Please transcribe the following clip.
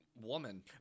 woman